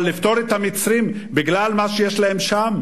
אבל לפטור את המצרים בגלל מה שיש להם שם?